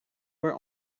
were